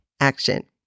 Action